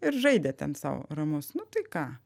ir žaidė ten sau ramus nu tai ką